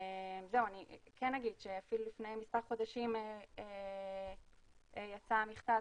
אני כן אגיד שאפילו לפני מספר חודשים יצא מכתב,